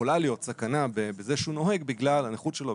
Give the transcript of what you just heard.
יכולה להיות סכנה בזה שהוא נוהג בגלל הנכות שלו,